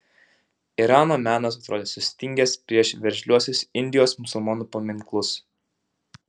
irano menas atrodė sustingęs prieš veržliuosius indijos musulmonų paminklus